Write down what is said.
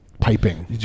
Piping